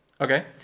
Okay